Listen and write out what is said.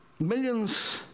Millions